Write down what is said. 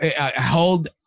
Hold